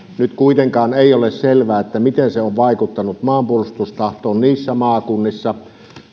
nyt kuitenkaan ei ole selvää miten se on vaikuttanut maanpuolustustahtoon niissä maakunnissa